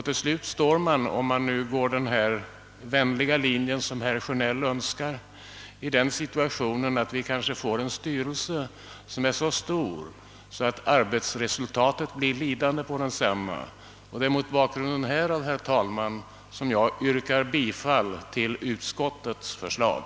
Till slut står man då, om man följer denna vänliga linje som herr Sjönell talar för, i den situationen att styrelsen är så stor att arbetsresultatet blir lidande. Det är mot denna bakgrund, herr talman, som jag yrkar bifall till utskottets förslag.